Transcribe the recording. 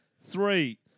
Three